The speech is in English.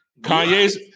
Kanye's